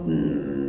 ya